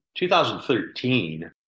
2013